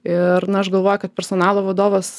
ir na aš galvoju kad personalo vadovas